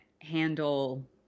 handle